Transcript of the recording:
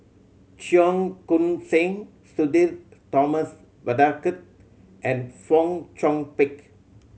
Cheong Koon Seng Sudhir Thomas Vadaketh and Fong Chong Pik